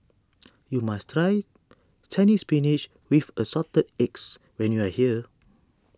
you must try Chinese Spinach with Assorted Eggs when you are here